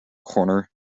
corner